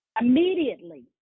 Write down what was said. immediately